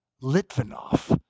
Litvinov